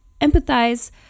empathize